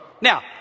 Now